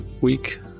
week